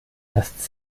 das